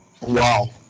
wow